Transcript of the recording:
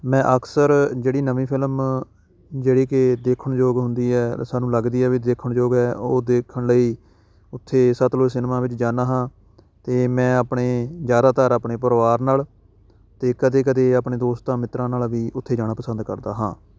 ਮੈਂ ਅਕਸਰ ਜਿਹੜੀ ਨਵੀਂ ਫਿਲਮ ਜਿਹੜੀ ਕਿ ਦੇਖਣ ਯੋਗ ਹੁੰਦੀ ਹੈ ਸਾਨੂੰ ਲੱਗਦੀ ਹੈ ਵੀ ਦੇਖਣ ਯੋਗ ਹੈ ਉਹ ਦੇਖਣ ਲਈ ਉੱਥੇ ਸਤਲੁਜ ਸਿਨਮਾ ਵਿੱਚ ਜਾਂਦਾ ਹਾਂ ਅਤੇ ਮੈਂ ਆਪਣੇ ਜ਼ਿਆਦਾਤਰ ਆਪਣੇ ਪਰਿਵਾਰ ਨਾਲ ਅਤੇ ਕਦੇ ਕਦੇ ਆਪਣੇ ਦੋਸਤਾਂ ਮਿੱਤਰਾਂ ਨਾਲ ਵੀ ਉੱਥੇ ਜਾਣਾ ਪਸੰਦ ਕਰਦਾ ਹਾਂ